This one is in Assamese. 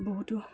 বহুতো